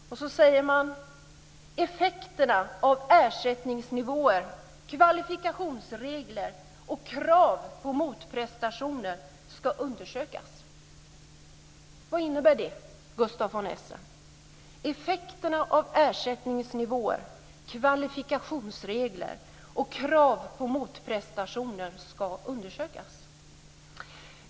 Vidare säger man: Effekterna av ersättningsnivåer, kvalifikationsregler och krav på motprestationer ska undersökas. Vad innebär detta, Gustaf von Essen - effekterna av ersättningsnivåer, kvalifikationsregler och krav på motprestationer ska undersökas?